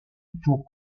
pour